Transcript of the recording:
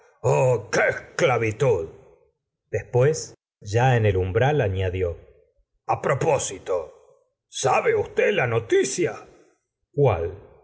oh qué esclavitud después ya en el umbral añadió a propósito sabe usted la noticia cuál